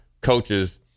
coaches